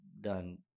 done